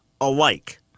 alike